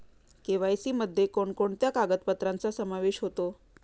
KYC मध्ये कोणकोणत्या कागदपत्रांचा समावेश होतो?